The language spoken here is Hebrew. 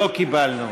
לא קיבלנו.